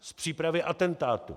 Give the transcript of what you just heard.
Z přípravy atentátu.